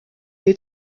est